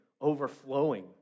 overflowing